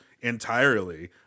entirely